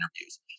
interviews